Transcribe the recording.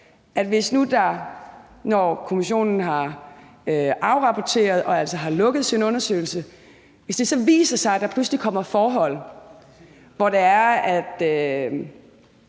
at hvis der nu, når kommissionen har afrapporteret og altså har lukket sin undersøgelse, så pludselig kommer forhold frem, hvor